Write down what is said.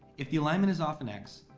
if the alignment is off in x,